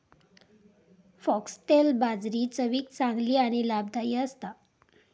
foxtail बाजरी चवीक चांगली आणि लाभदायी असता